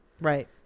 Right